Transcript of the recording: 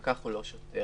פקח הוא לא שוטר,